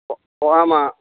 ஓ ஓ ஆமாம்